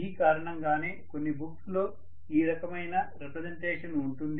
ఈ కారణం గానే కొన్ని బుక్స్ లో ఈ రకమైన రెప్రెసెంటేషన్ ఉంటుంది